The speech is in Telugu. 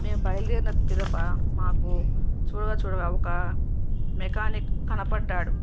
మేము బయలుదేరిన పిదప మాకు చూడగా చూడగా ఒక మెకానిక్ కనపడ్డాడు